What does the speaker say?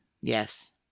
Yes